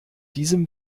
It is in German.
diesem